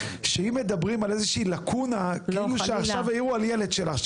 שאם מדברים על איזו שהיא לקונה זה כאילו שמדברים על ילד שלך.